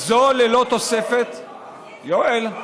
זו, ללא תוספת, יואל,